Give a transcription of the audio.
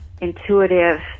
intuitive